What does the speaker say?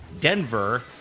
Denver